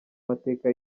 mateka